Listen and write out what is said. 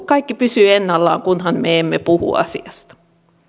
kaikki pysyy ennallaan kunhan me emme puhu asiasta